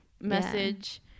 message